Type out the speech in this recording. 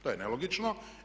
To je nelogično.